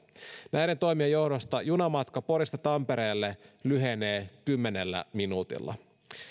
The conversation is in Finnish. näiden toimien johdosta junamatka porista tampereelle lyhenee kymmenellä minuutilla